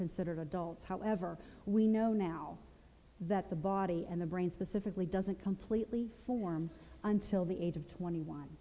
considered adults however we know now that the body and the brain specifically doesn't completely form until the age of twenty one